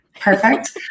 Perfect